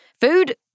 Food